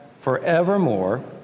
forevermore